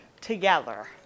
together